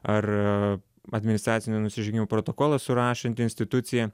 ar administracinių nusižengimų protokolą surašanti institucija